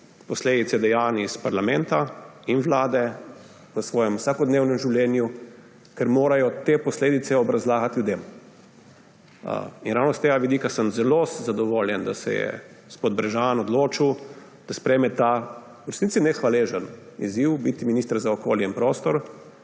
posledice dejanj iz parlamenta in Vlade v svojem vsakodnevnem življenju, ker morajo te posledice obrazlagati ljudem. In ravno s tega vidika sem zelo zadovoljen, da se je gospod Brežan odločil, da sprejeme ta v resnici nehvaležen izziv – biti minister za okolje in prostor